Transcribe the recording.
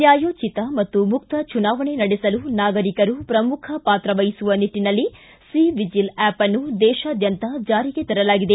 ನ್ಯಾಯೋಚಿತ ಮತ್ತು ಮುಕ್ತ ಚುನಾವಣೆ ನಡೆಸಲು ನಾಗರಿಕರು ಪ್ರಮುಖ ಪಾತ್ರ ವಹಿಸುವ ನಿಟ್ಟನಲ್ಲಿ ಸಿ ವಿಜಿಲ್ ಆ್ಯಪ್ನ್ನು ದೇಶಾದ್ಯಂತ ಜಾರಿಗೆ ತರಲಾಗಿದೆ